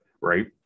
right